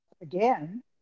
Again